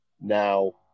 now